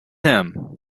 him